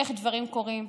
איך דברים קורים.